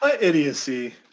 idiocy